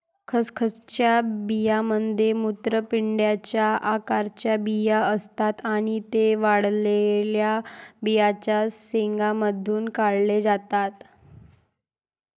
खसखसच्या बियांमध्ये मूत्रपिंडाच्या आकाराचे बिया असतात आणि ते वाळलेल्या बियांच्या शेंगांमधून काढले जातात